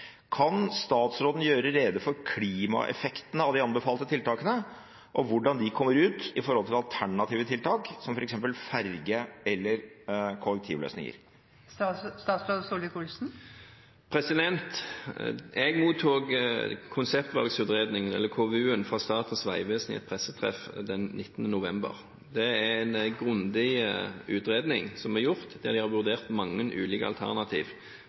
Kan statsråden gjøre rede for klimaeffekten av dette tiltaket og hvordan den kommer ut i forhold til alternative tiltak som for eksempel ferge eller kollektivløsninger?» Jeg mottok konseptvalgutredningen, KVU-en, fra Statens vegvesen i et pressetreff den 19. november. Det er en grundig utredning som er gjort, der de har vurdert mange ulike